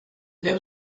there